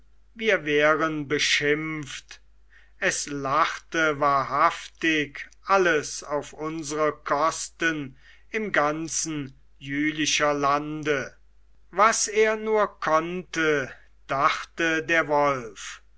wir wären beschimpft es lachte wahrhaftig alles auf unsere kosten im ganzen jülicher lande was er nur konnte dachte der wolf